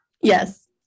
Yes